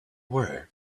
were